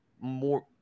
more